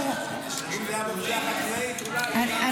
אם זה היה בפשיעה החקלאית, אולי.